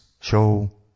Show